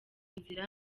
inzira